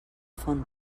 font